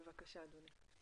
בבקשה אדוני.